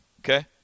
Okay